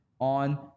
on